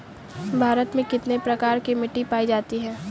भारत में कितने प्रकार की मिट्टी पाई जाती है?